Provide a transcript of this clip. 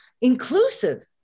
inclusive